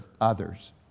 others